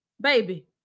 baby